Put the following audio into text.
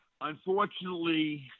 unfortunately